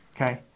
okay